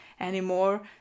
anymore